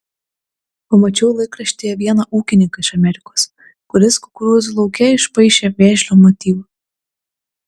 pamačiau laikraštyje vieną ūkininką iš amerikos kuris kukurūzų lauke išpaišė vėžlio motyvą